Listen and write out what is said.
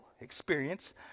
experience